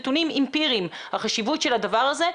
נתונים אמפיריים על החשיבות של הדבר הזה,